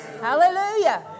Hallelujah